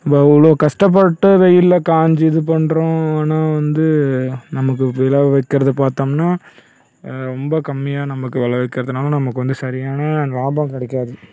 நம்ப இவ்வளோ கஷ்டப்பட்டு வெயிலில் காஞ்சு இது பண்ணுறோம் ஆனால் வந்து நமக்கு வெலை விக்கிறது பார்த்தோம்னா ரொம்ப கம்மியாக நமக்கு வெலை வைக்கிறதுனால் நமக்கு வந்து சரியான லாபம் கிடைக்காது